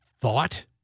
thought